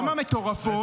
כמה מטורפות?